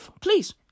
please